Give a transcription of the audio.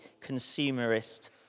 consumerist